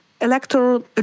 electoral